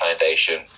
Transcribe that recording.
Foundation